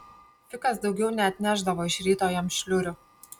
fikas daugiau neatnešdavo iš ryto jam šliurių